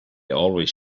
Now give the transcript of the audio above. always